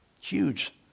Huge